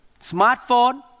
Smartphone